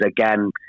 again